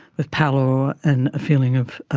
with pallor and a feeling of ah